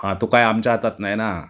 हां तो काय आमच्या हातात नाही ना